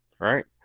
right